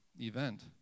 event